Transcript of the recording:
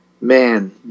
man